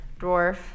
dwarf